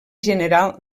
general